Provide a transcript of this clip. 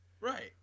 Right